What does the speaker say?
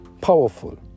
powerful